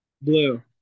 Blue